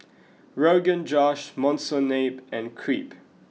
Rogan Josh Monsunabe and Crepe